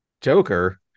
Joker